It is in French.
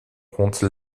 compte